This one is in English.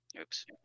Oops